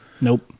nope